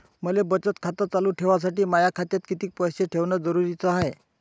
मले बचत खातं चालू ठेवासाठी माया खात्यात कितीक पैसे ठेवण जरुरीच हाय?